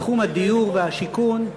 בתחום הדיור והשיכון,